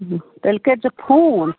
تیٚلہِ کٔرۍزِ فون